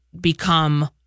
become